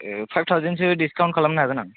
ए five थावजेन्डसो discount खालामनो हागोन आं